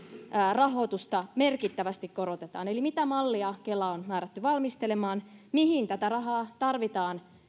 rahoitusta merkittävästi korotetaan eli mitä mallia kela on määrätty valmistelemaan mihin tätä rahaa tarvitaan